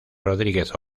rodríguez